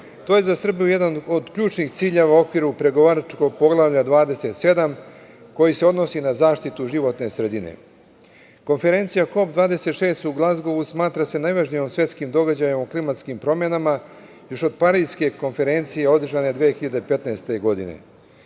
je za Srbiju jedan od ključnih ciljeva u okviru pregovaračkog Poglavlja 27 koji se odnosi na zaštitu životne sredine. Konferencija KOP 26 u Glazgovu smatra se najvažnijim svetskim događajem o klimatskim promenama još od Pariske konferencije održane 2015. godine.